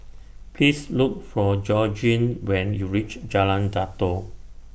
Please Look For Georgine when YOU REACH Jalan Datoh